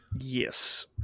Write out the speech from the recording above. Yes